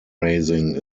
raising